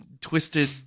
twisted